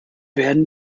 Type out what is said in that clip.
werden